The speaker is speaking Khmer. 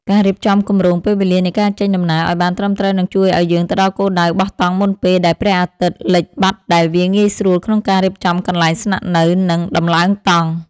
ការរៀបចំគម្រោងពេលវេលានៃការចេញដំណើរឱ្យបានត្រឹមត្រូវនឹងជួយឱ្យយើងទៅដល់គោលដៅបោះតង់មុនពេលដែលព្រះអាទិត្យលិចបាត់ដែលវាងាយស្រួលក្នុងការរៀបចំកន្លែងស្នាក់នៅ និង ដំឡើងតង់។